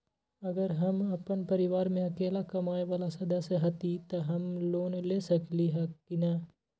अगर हम अपन परिवार में अकेला कमाये वाला सदस्य हती त हम लोन ले सकेली की न?